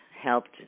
helped